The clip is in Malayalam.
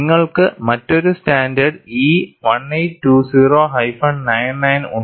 നിങ്ങൾക്ക് മറ്റൊരു സ്റ്റാൻഡേർഡ് E 1820 99 ഉണ്ട്